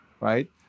right